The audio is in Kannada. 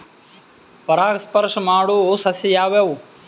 ಪರಾಗಸ್ಪರ್ಶ ಮಾಡಾವು ಸಸ್ಯ ಯಾವ್ಯಾವು?